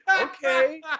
okay